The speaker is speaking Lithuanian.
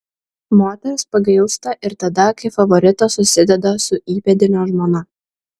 moters pagailsta ir tada kai favoritas susideda su įpėdinio žmona